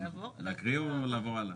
להקריא או לעבור הלאה?